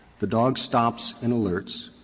the dog stops and alerts.